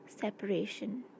separation